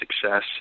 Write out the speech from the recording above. success